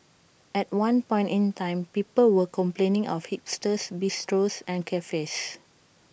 at one point in time people were complaining of hipster bistros and cafes